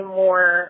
more